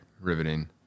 Riveting